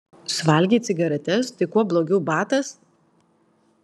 suvalgei cigaretes tai kuo blogiau batas